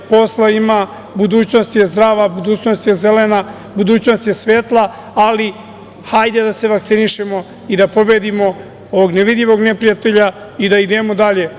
Posla ima, budućnost je zdrava, budućnost je zelena, budućnost je svetla, ali hajde da se vakcinišemo i da pobedimo ovog nevidljivog neprijatelja i da idemo dalje.